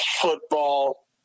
football